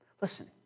Listen